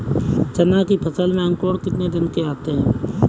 चना की फसल में अंकुरण कितने दिन में आते हैं?